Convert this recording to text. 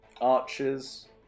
Archers